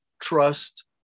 trust